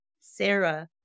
Sarah